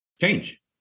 Change